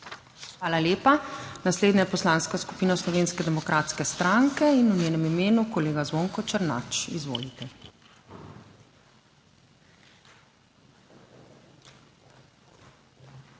Hvala lepa. Naslednja Poslanska skupina Slovenske demokratske stranke in v njenem imenu kolega Zvonko Černač, izvolite.